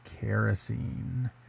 Kerosene